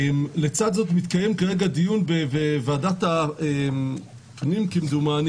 לצד זה מתקיים כרגע דיון בוועדת הפנים כמדומני,